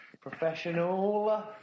Professional